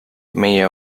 meie